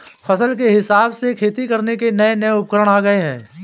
फसल के हिसाब से खेती करने के नये नये उपकरण आ गये है